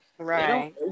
Right